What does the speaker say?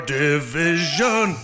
division